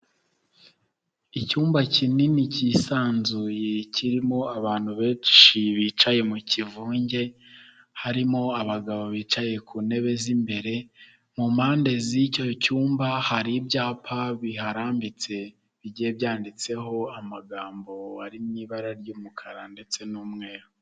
Icyumba kinini kisanzuye, kirimo abantu benshi bicaye mu kivunge, harimo abagabo bicaye ku ntebe z'imbere, mu mpande z'icyo cyumba hari ibyapa biharambitse, bigiye byanditseho amagambo ari mu ibara ry'umukara ndetse n'umweru.